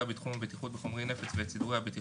בתחום הבטיחות בחומרי נפץ ואת סידורי הבטיחות,